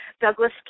Douglas